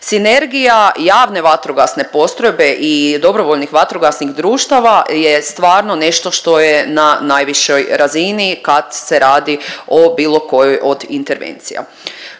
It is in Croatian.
Sinergija javne vatrogasne postrojbe i dobrovoljnih vatrogasnih društava je stvarno nešto što je na najvišoj razini kad se radi o bilo kojoj od intervencija.